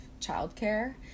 childcare